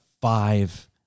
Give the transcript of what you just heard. five